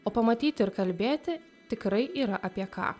o pamatyti ir kalbėti tikrai yra apie ką